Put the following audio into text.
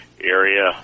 area